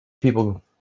people